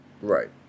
Right